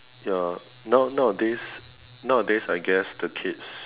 ya now nowadays nowadays I guess the kids